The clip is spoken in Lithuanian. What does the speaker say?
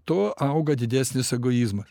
tuo auga didesnis egoizmas